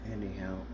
Anyhow